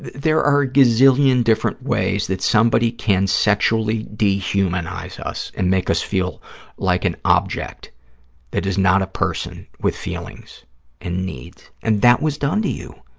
there are a gazillion different ways that somebody can sexually dehumanize us and make us feel like an object that is not a person with feelings and needs, and that was done to you.